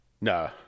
No